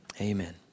amen